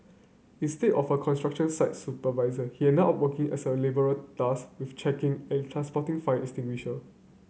instead of a construction site supervisor he ended up working as a labourer tasked with checking and transporting fire extinguisher